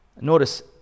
Notice